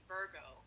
Virgo